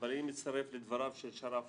ואני מצטרף לדבריו של שרף